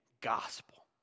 gospel